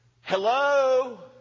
Hello